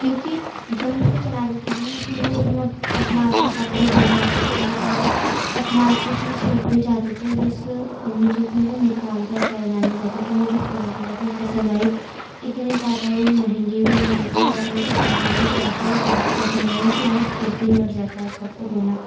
کیوں کہ جب میں اس کو چلا دیتی تھی نا پھر وہ اس میں اپنا آپ ہی کپڑے دھل جاتے تھے اور اپنا آپ ہی اس میں سوکھ بھی جاتے تھے بس مجھے اس میں سے نکال کر تہہ بنانے رہتے تھے مجھے بہت ہی زیادہ پسند آئی اتنی زیادہ وہ مہنگی بھی نہیں تھی اور میرے گھر میں بھی سب کو وہ بہت پسند آئی مجھے بہت ایزی پڑ جاتا ہے اب کپڑے دھونا